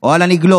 או על הנגלות.